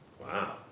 Wow